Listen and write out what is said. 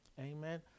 Amen